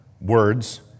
words